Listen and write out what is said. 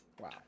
Wow